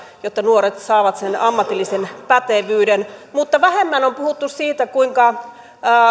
jotta nuoret saavat sen ammatillisen pätevyyden mutta vähemmän on puhuttu siitä kuinka